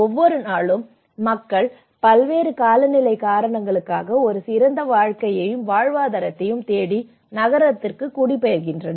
ஒவ்வொரு நாளும் மக்கள் பல்வேறு காலநிலை காரணங்களுக்காக ஒரு சிறந்த வாழ்க்கையையும் வாழ்வாதாரத்தையும் தேடி நகரத்திற்கு குடிபெயர்கின்றனர்